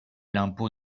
l’impôt